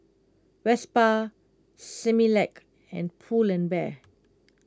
Vespa Similac and Pull and Bear